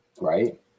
Right